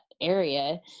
area